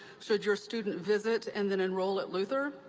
should your student visit and then enroll at luther,